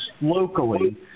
locally